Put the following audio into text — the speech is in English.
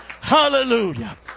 Hallelujah